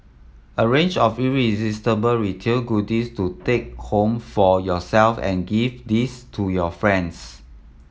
a range of irresistible retail goodies to take home for yourself and gift these to your friends